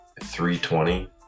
320